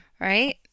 right